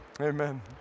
Amen